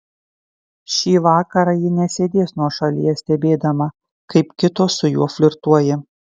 šį vakarą ji nesėdės nuošalyje stebėdama kaip kitos su juo flirtuoja